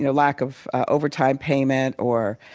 you know lack of overtime payment or